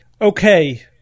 Okay